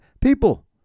people